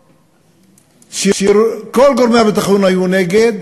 הקבינט שכל גורמי הביטחון היו נגד,